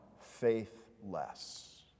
faithless